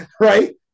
Right